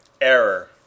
Error